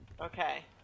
Okay